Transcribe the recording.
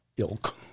Ilk